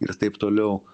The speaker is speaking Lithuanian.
ir taip toliau